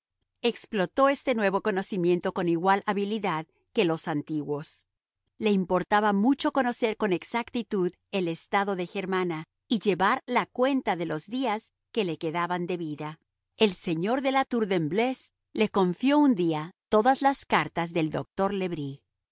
explotó este nuevo conocimiento con igual habilidad que los antiguos le importaba mucho conocer con exactitud el estado de germana y llevar la cuenta de los días que le quedaban de vida el señor de la tour de embleuse le confió un día todas las cartas del doctor le bris